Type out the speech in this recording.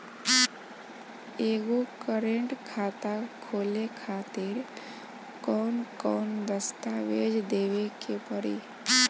एगो करेंट खाता खोले खातिर कौन कौन दस्तावेज़ देवे के पड़ी?